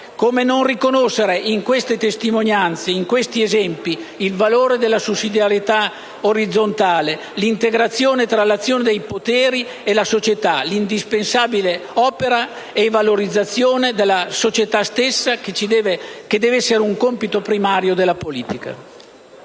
Come non riconoscere in queste testimonianze e in questi esempi il valore della sussidiarietà orizzontale, dell'integrazione tra l'azione dei poteri e la società; la valorizzazione della società stessa, deve essere un compito primario della politica?